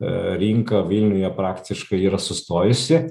rinka vilniuje praktiškai yra sustojusi